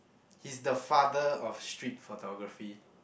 he's the father of street photography